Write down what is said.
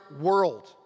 world